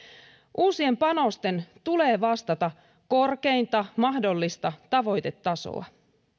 uusien panosten tulee vastata korkeinta mahdollista tavoitetasoa